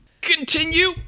Continue